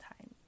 time